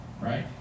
Right